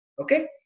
Okay